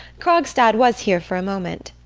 krogstad was here for a moment.